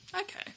Okay